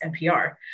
NPR